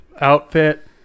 outfit